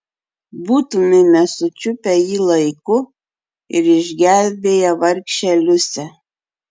būtumėme sučiupę jį laiku ir išgelbėję vargšę liusę